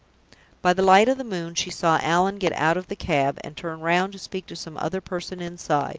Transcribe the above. by the light of the moon she saw allan get out of the cab, and turn round to speak to some other person inside.